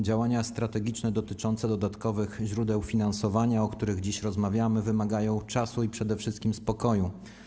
Działania strategiczne dotyczące dodatkowych źródeł finansowania, o których dziś rozmawiamy, wymagają czasu i przede wszystkim spokoju.